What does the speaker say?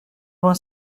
vingt